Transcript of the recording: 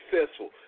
successful